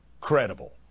credible